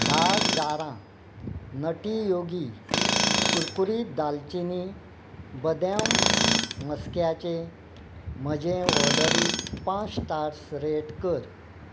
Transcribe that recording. धा जारां नटी योगी कुरकुरीत दालचिनी बद्यम मस्क्याचे म्हजें ऑर्डरीक पांच स्टार्स रेट कर